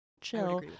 chill